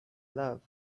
love